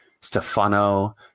Stefano